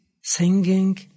singing